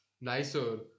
nicer